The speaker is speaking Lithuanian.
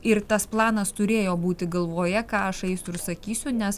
ir tas planas turėjo būti galvoje ką aš aisiu ir sakysiu nes